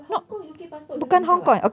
but hong kong U_K passport don't need visa [what]